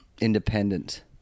independent